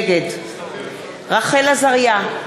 נגד רחל עזריה,